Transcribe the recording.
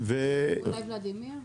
ולדימיר.